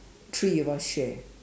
three of us share